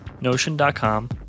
notion.com